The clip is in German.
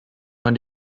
man